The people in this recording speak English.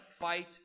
fight